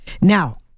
Now